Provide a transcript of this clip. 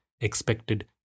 expected